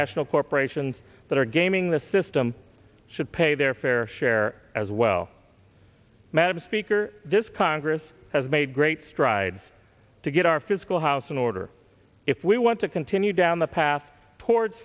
national corporations that are gaming the system should pay their fair share as well madam speaker this congress has made great strides to get our fiscal house in order if we want to continue down the path